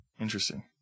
Interesting